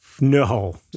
No